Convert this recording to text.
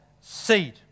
seed